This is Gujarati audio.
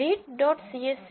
read dot CSV read